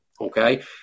Okay